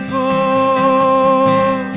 o